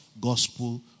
gospel